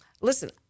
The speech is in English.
listen